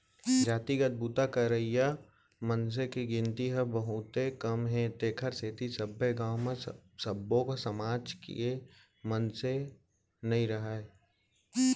जातिगत बूता करइया मनसे के गिनती ह बहुते कम हे तेखर सेती सब्बे गाँव म सब्बो समाज के मनसे नइ राहय